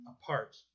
apart